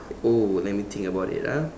oh let me think about it ah